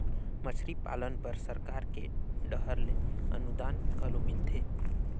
मछरी पालन बर सरकार के डहर ले अनुदान घलो मिलथे